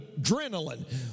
adrenaline